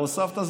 והוספת,